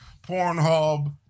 Pornhub